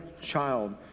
child